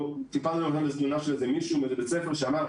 טיפלנו גם בתלונה של מישהו מאיזה בית ספר שאמר: